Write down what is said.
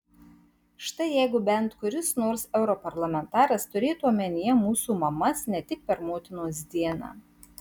štai jeigu bent kuris nors europarlamentaras turėtų omenyje mūsų mamas ne tik per motinos dieną